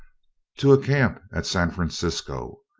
to a camp at san francisco.